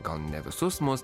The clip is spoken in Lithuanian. gal ne visus mus